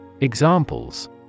Examples